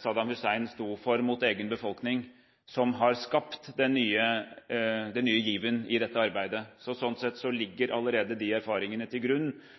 Saddam Hussein sto for mot egen befolkning, som har skapt den nye given i dette arbeidet. Sånn sett ligger allerede de erfaringene til grunn